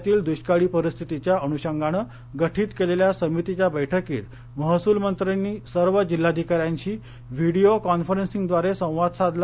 राज्यातील दृष्काळी परिस्थितीच्या अनृष्णान गठित केलेल्या समितीच्या बैठकीत महसुलमत्र्यांनी सर्व जिल्हाधिकाऱ्यांशी व्हिडिओ कॉन्फरन्सिंगद्वारे संवाद साधला